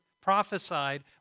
prophesied